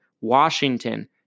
Washington